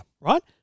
Right